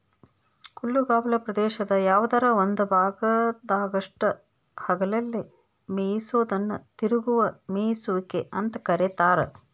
ಹುಲ್ಲುಗಾವಲ ಪ್ರದೇಶದ ಯಾವದರ ಒಂದ ಭಾಗದಾಗಷ್ಟ ಹಗಲೆಲ್ಲ ಮೇಯಿಸೋದನ್ನ ತಿರುಗುವ ಮೇಯಿಸುವಿಕೆ ಅಂತ ಕರೇತಾರ